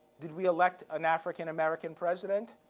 did we elect an african american president?